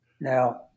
Now